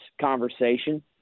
conversation